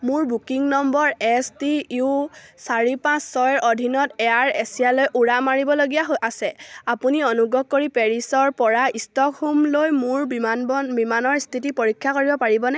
মোৰ booking number S T U চাৰি পাঁচ ছয়ৰ অধীনত এয়াৰ এছিয়ালৈ উৰা মাৰিবলগীয়া আছে আপুনি অনুগ্ৰহ কৰি পেৰিছৰপৰা ষ্টকহোমলৈ মোৰ বিমানৰ স্থিতি পৰীক্ষা কৰিব পাৰিবনে